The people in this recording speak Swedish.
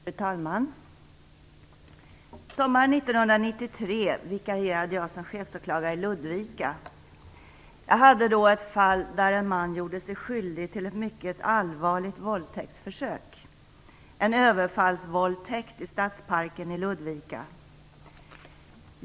Fru talman! Sommaren 1993 vikarierade jag som chefsåklagare i Ludvika. Jag hade då ett fall där en man gjorde sig skyldig till ett mycket allvarligt våldtäktsförsök, en överfallsvåldtäkt, i Stadsparken i Ludvika.